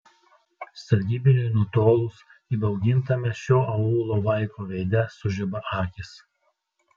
sargybiniui nutolus įbaugintame šio aūlo vaiko veide sužiba akys